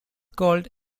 called